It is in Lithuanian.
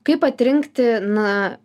kaip atrinkti na